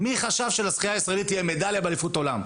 מי חשב שלשחייה הישראלית תהיה מדליה באליפות עולם?